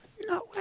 No